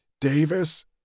Davis